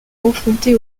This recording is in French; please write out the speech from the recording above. confronter